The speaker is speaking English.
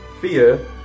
fear